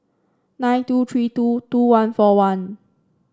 nine two three two two one four one